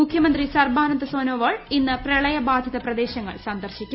മുഖ്യമന്ത്രി സർബാന്ദ സോനോവാൾ ഇന്ന് പ്രളയബാധിത പ്രദേശങ്ങൾ സന്ദർശിക്കും